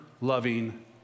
loving